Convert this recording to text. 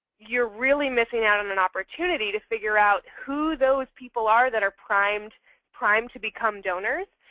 you're really missing out on an opportunity to figure out who those people are that are primed primed to become donors.